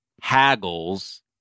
haggles